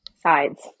sides